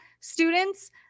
students